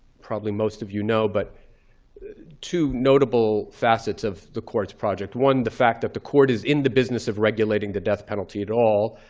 probably most of you know, but two notable facets of the court's project. one, the fact that the court is in the business of regulating the death penalty at all.